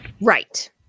Right